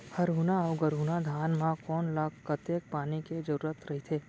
हरहुना अऊ गरहुना धान म कोन ला कतेक पानी के जरूरत रहिथे?